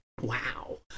Wow